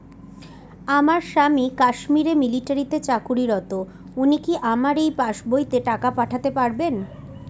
আমার স্বামী কাশ্মীরে মিলিটারিতে চাকুরিরত উনি কি আমার এই পাসবইতে টাকা পাঠাতে পারবেন?